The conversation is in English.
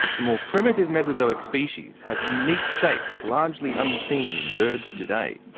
the more primitive mesozoic species have unique shapes largely unseen in birds today.